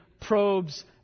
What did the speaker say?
probes